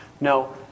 No